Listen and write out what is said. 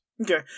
Okay